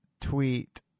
tweet